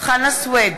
חנא סוייד,